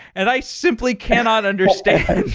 and i simply cannot understand.